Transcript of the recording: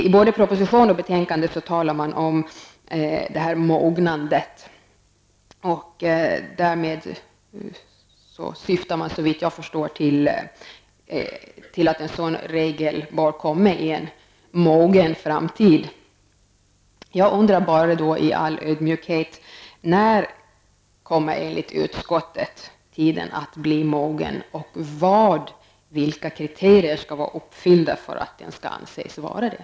I både proposition och betänkande talas det om ett ''mognande'', och såvitt jag förstår syftar man därmed på att en sådan regel bör komma i en ''mogen'' framtid. Jag undrar då bara i all ödmjukhet: När kommer enligt utskottet tiden att bli mogen, och vilka kriterier skall vara uppfyllda för att den skall anses vara det?